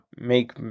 make